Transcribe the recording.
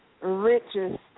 richest